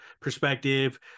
perspective